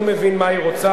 לא מבין מה היא רוצה,